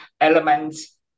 elements